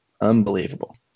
unbelievable